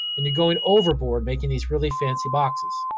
and you're going overboard making these really fancy boxes.